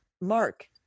mark